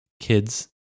kids